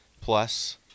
plus